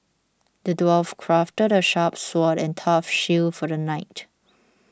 the dwarf crafted a sharp sword and a tough shield for the knight